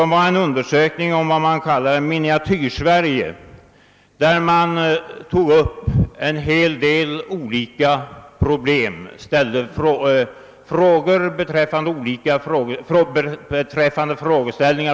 Man undersökte vad man kallade Miniatyrsverige och ställde frågor om en hel del olika problem på olika områden.